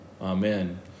Amen